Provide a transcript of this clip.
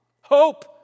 Hope